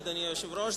אדוני היושב-ראש,